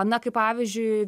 na kaip pavyzdžiui